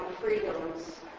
freedoms